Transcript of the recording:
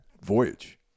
voyage